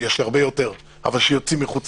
יש לי הרבה יותר אבל שיוצאים מחוץ